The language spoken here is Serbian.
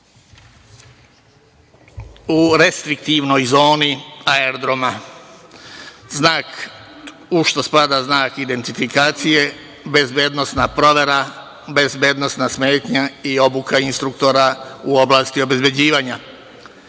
u restriktivnoj zoni aerodroma. U šta spada znak identifikacije, bezbednosna provera, bezbednosna smetnja i obuka instruktora u oblasti obezbeđivanja. Ostala